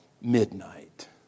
midnight